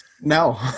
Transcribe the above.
No